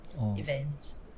events